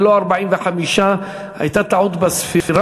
ולא 45. הייתה טעות בספירה,